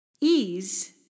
Ease